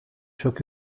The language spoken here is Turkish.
çok